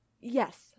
Yes